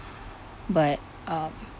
but um